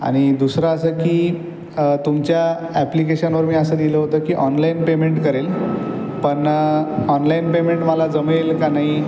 आणि दुसरं असं की तुमच्या ॲप्लिकेशनवर मी असं दिलं होतं की ऑनलाइन पेमेन्ट करेल पण ऑनलाइन पेमेन्ट मला जमेल का नाही